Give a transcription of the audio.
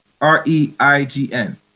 R-E-I-G-N